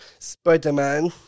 Spider-Man